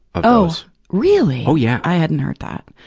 oh, really! oh yeah! i hadn't heard that.